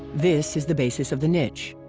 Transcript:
this is the basis of the niche.